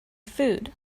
food